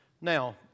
Now